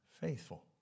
faithful